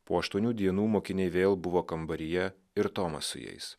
po aštuonių dienų mokiniai vėl buvo kambaryje ir tomas su jais